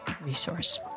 Resource